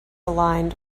aligned